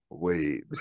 Wait